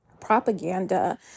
propaganda